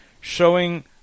showing